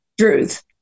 truth